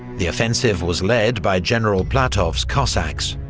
the offensive was led by general platov's cossacks,